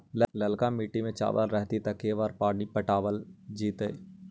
ललका मिट्टी में चावल रहतै त के बार पानी पटावल जेतै?